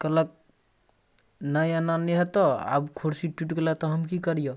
कहलक नहि एना नहि हेतऽ आब कुरसी टुटि गेलऽ तऽ हम कि करिअऽ